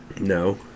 No